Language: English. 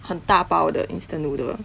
很大包的 instant noodle